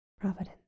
Providence